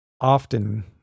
often